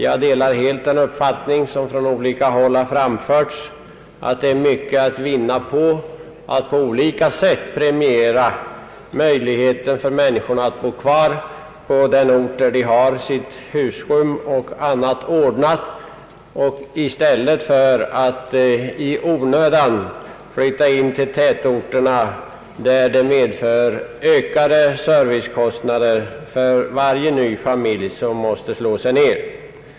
Jag delar helt den uppfattning som från olika håll har framförts att det är mycket att vinna på att öka möjligheterna för människor att bo kvar där de har husrum och annat ordnat i stället för att i onödan flytta in till tätorterna, vilket medför ökade servicekostnader för varje ny familj som måste bosätta sig där.